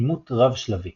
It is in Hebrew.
אימות רב-שלבי